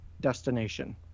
destination